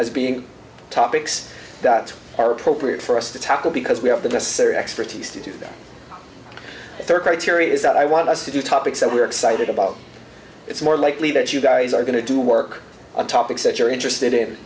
as being topics that are appropriate for us to tackle because we have the necessary expertise to do that third criteria is that i want us to do topics that we're excited about it's more likely that you guys are going to do work on topics that you're interested in